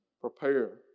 prepare